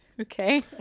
Okay